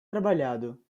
trabalhado